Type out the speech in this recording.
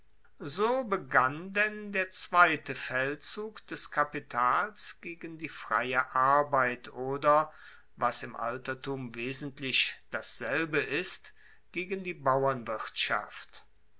so begann denn der zweite feldzug des kapitals gegen die freie arbeit oder was im altertum wesentlich dasselbe ist gegen die